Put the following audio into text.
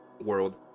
world